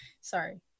Sorry